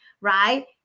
right